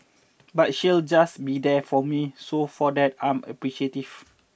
but she'll just be there for me so for that I'm appreciative